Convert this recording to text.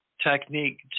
technique